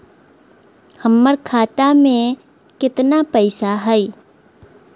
हमर खाता मे केतना पैसा हई?